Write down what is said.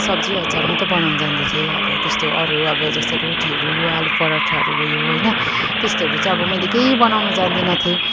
सब्जी अचार मात्र बनाउन जान्दथेँ अब त्यस्तो अरू अब जस्तो रोटीहरू आलु पराठाहरू भयो होइन त्यस्तोहरू चाहिँ अब मैले केही बनाउनु जान्दिनँ थिएँ